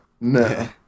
No